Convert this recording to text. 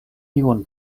tiun